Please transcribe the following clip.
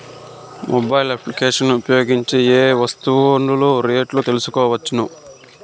Mobile applications ను ఉపయోగించి ఏ ఏ వస్తువులు రేట్లు తెలుసుకోవచ్చును?